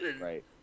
Right